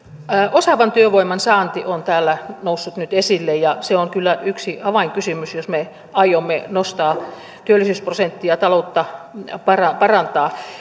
osaavan työvoiman saanti on täällä noussut nyt esille ja se on kyllä yksi avainkysymys jos me aiomme nostaa työllisyysprosenttia taloutta parantaa parantaa